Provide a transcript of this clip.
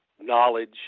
knowledge